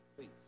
Please